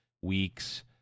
weeks